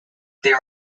there